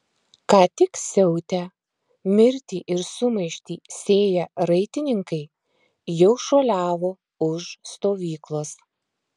ką tik siautę mirtį ir sumaištį sėję raitininkai jau šuoliavo už stovyklos